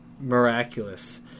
miraculous